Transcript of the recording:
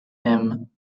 him